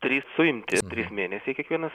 trys suimti trys mėnesiai kiekvienas